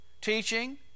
Teaching